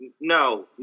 no